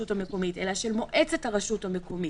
המקומית אלא של מועצת הרשות המקומית,